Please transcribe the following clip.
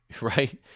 right